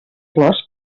flors